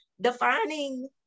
defining